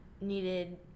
needed